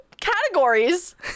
Categories